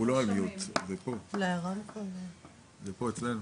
פשוט לא מצליח